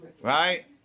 Right